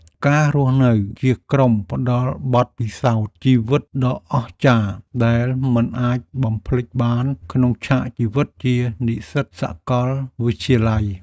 ការរស់នៅជាក្រុមផ្តល់បទពិសោធន៍ជីវិតដ៏អស្ចារ្យដែលមិនអាចបំភ្លេចបានក្នុងឆាកជីវិតជានិស្សិតសាកលវិទ្យាល័យ។